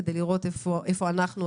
כדי לראות איפה אנחנו,